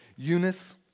Eunice